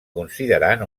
considerant